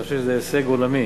אני חושב שזה הישג עולמי,